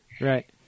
right